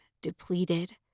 depleted